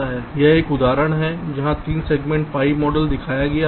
अब यह एक उदाहरण है जहां 3 सेगमेंट pi मॉडल दिखाया गया है